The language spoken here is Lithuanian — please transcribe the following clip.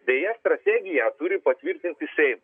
beje strategiją turi patvirtinti sei